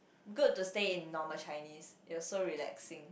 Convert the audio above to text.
good to stay in normal Chinese it was so relaxing